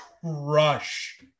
crush